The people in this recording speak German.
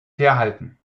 herhalten